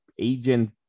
agent